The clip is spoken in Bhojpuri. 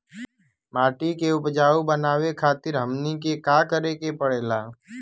माटी के उपजाऊ बनावे खातिर हमनी के का करें के पढ़ेला?